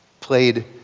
played